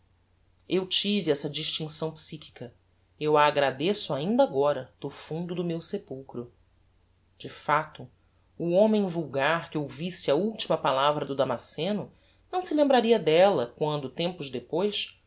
eu tive essa distincção psychica eu a agradeço ainda agora do fundo do meu sepulchro de facto o homem vulgar que ouvisse a ultima palavra do damasceno não se lembraria della quando tempos depois